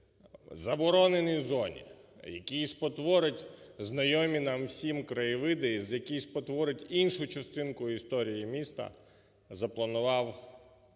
забороненій зоні, який спотворить знайомі нам всім краєвиди, який спотворить іншу частинку історії міста, запланував